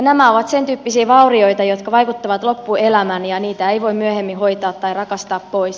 nämä ovat sentyyppisiä vaurioita jotka vaikuttavat loppuelämän eikä niitä voi myöhemmin hoitaa tai rakastaa pois